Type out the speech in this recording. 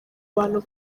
bantu